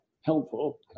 helpful